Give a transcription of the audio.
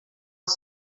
els